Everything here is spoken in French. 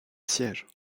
siège